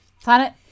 Planet –